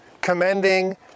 commending